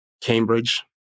cambridge